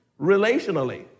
relationally